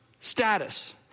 status